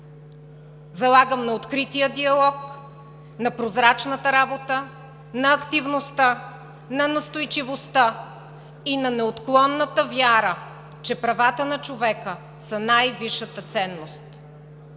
Залагам на открития диалог, на прозрачната работа, на активността, на настойчивостта и на неотклонната вяра, че правата на човека са най-висшата ценност.